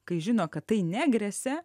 kai žino kad tai negresia